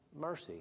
Mercy